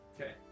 Okay